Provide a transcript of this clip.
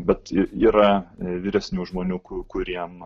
bet yra vyresnių žmonių kuriem